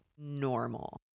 normal